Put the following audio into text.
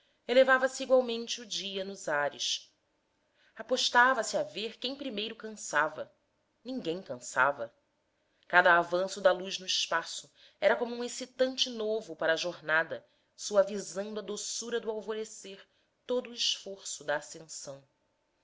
elevávamos elevava-se igualmente o dia nos ares apostava se a ver quem primeiro cansava cada avanço da luz no espaço era como um excitante novo para a jornada suavizando a doçura do alvorecer todo o esforço da ascensão